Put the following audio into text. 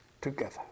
together